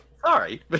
Sorry